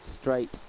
straight